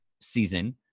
season